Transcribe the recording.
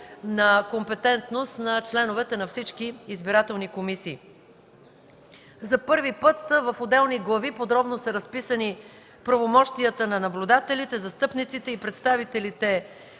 на компетентност на членовете на всички избирателни комисии. За първи път в отделни глави подробно са разписани правомощията на наблюдателите, застъпниците и представителите